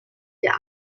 der